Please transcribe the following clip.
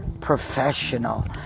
professional